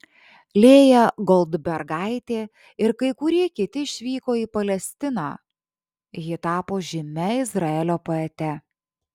lėja goldbergaitė ir kai kurie kiti išvyko į palestiną ji tapo žymia izraelio poete